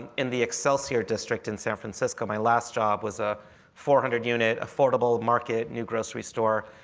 and in the excelsior district in san francisco, my last job was a four hundred unit affordable market, new grocery store,